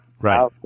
Right